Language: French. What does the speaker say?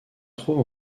trouve